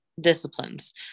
disciplines